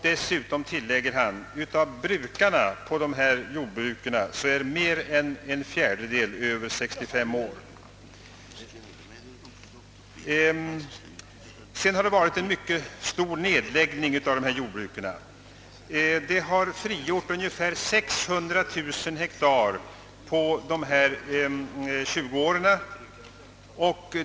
Dessutom tillägger han att av brukarna på dessa jordbruk är mer än en fjärdedel över 65 år. Sedan har dessa jordbruk nedlagts i mycket stor utsträckning. Det har frigjort ungefär 600 000 hektar under dessa tjugo år.